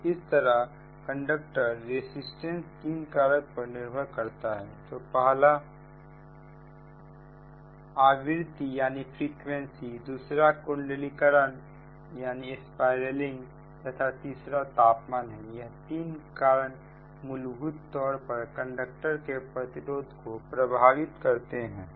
तो इस तरह कंडक्टर रेसिस्टेंट तीन कारकों पर निर्भर करता है तो पहला आवृत्ति दूसरा कुंडलीकरण तथा तीसरा तापमान है यह तीन कारण मूलभूत तौर पर कंडक्टर के प्रतिरोधको प्रभावित करते हैं